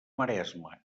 maresme